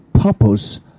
purpose